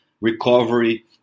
recovery